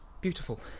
beautiful